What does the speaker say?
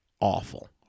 awful